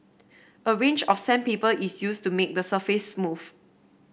a range of sandpaper is used to make the surface smooth